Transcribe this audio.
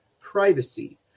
privacy